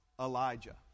Elijah